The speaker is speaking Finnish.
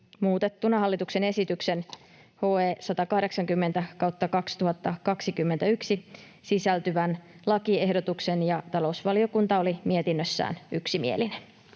muutettuna hallituksen esitykseen HE 180/2021 sisältyvän lakiehdotuksen, ja talousvaliokunta oli mietinnössään yksimielinen.